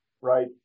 right